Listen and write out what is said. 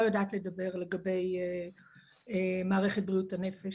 יודעת לדבר לגבי מערכת בריאות הנפש,